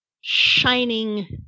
shining